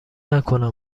نکنم